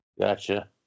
Gotcha